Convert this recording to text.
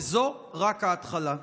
וזו רק ההתחלה.